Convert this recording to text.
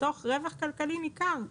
תוך רווח כלכלי ניכר.